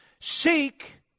Seek